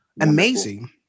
amazing